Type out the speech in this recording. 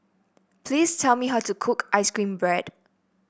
please tell me how to cook ice cream bread